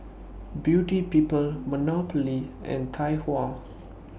Beauty People Monopoly and Tai Hua